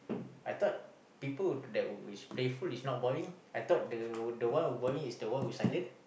I thought people who that will is playful is not boring I thought the the one who will boring is the one who silent